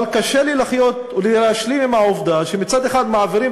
אבל קשה לי לחיות ולהשלים עם העובדה שמצד אחד מעבירים